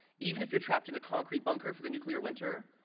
even if you're trapped in a concrete bunker for the nuclear winter,